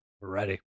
Ready